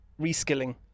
reskilling